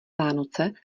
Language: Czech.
vánoce